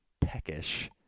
peckish